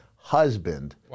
Husband